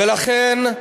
ולכן,